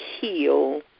heal